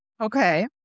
Okay